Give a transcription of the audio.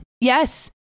Yes